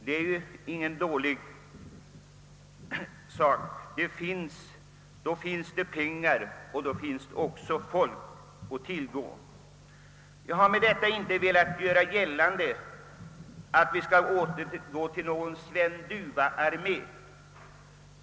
Det är ingen obetydlig ökning. Då finns det pengar och då finns det också folk att tillgå. Jag har med detta inte velat göra gällande att vi skall återgå till någon Sven Dufva-armé.